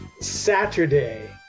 Saturday